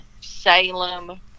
Salem